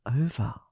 over